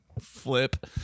Flip